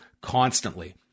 constantly